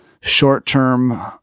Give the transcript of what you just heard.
short-term